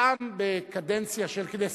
פעם בקדנציה של הכנסת.